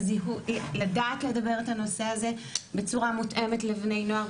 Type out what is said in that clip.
לזיהוי לדעת לדבר את הנושא הזה בצורה מותאמת לבני נוער,